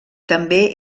també